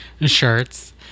shirts